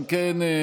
אם כן,